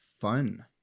fun